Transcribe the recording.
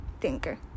thinker